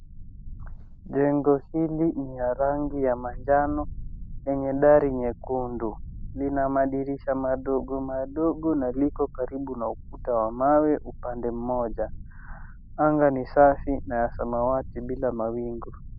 Jengo hili ni ya rangi ya manjano yenye dari nyekundu. Lina madirisha madogo madogo na liko karibu na ukuta wa mawe upande mmoja. Anga ni safi ni ya samawati bila mawingu.